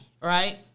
right